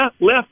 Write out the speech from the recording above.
left